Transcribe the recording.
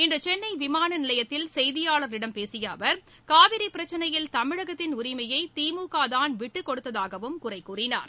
இன்று சென்னை விமானநிலையத்தில் செய்தியாளர்களிடம் பேசிய அவர் காவிரி பிரச்சினையில் தமிழகத்தின் உரிமையை திமுகதான் விட்டுக்கொடுத்ததாகவும் குறை கூறினார்